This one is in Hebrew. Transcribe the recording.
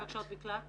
מבקשות מקלט.